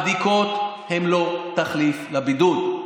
הבדיקות הן לא תחליף לבידוד.